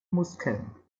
muskeln